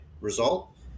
result